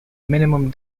minimum